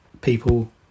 people